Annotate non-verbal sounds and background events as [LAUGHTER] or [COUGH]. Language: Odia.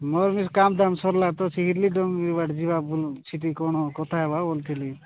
ମୋର ବି କାମ ଦାମ ସରିଲା ତ [UNINTELLIGIBLE] ଏଇବାଟେ ଯିବା ସେଠି କ'ଣ କଥା ହେବା କହୁଥିଲି